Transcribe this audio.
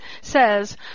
says